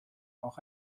auch